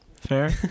Fair